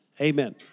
Amen